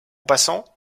passant